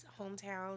hometown